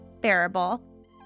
bearable